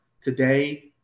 today